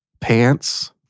pants